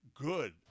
good